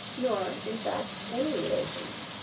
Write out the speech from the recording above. nor, in fact, any relations.